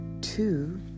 two